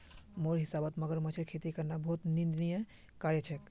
मोर हिसाबौत मगरमच्छेर खेती करना बहुत निंदनीय कार्य छेक